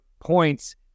points